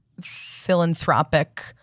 philanthropic